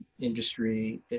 industry